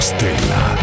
Stella